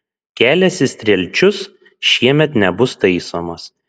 kelias į strielčius šiemet nebus taisomas